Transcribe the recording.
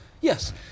Yes